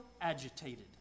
agitated